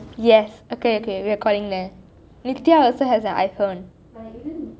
yes see nithya also has an iphone